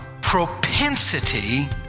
propensity